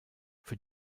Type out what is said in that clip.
für